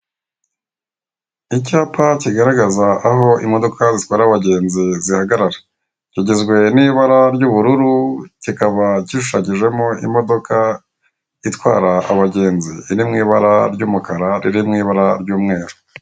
Icyapa kigaragaza aho imodoka zitwara abagenzi zihagarara kigizwe n'ibara ry'ubururu, kikaba gishushanyijemo imodoka itwara abagenzi iri mu ibara ry'umukara riri mu ibara ry'umweru.